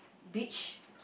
beach